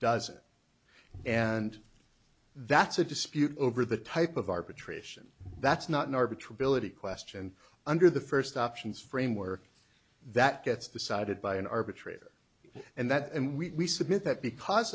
doesn't and that's a dispute over the type of arbitration that's not an arbiter billeted question under the first options framework that gets decided by an arbitrator and that and we submit that because